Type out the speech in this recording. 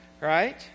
right